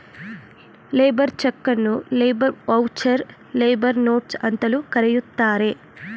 labour ಚಕನ್ನು labour voucher, labour notes ಅಂತಲೂ ಕರೆಯುತ್ತಾರೆ